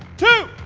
two,